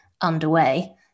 underway